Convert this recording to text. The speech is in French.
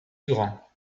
durand